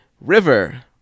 River